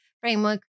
framework